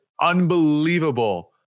unbelievable